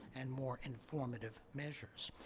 and more informative measures.